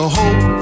hope